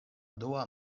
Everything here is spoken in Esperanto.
dua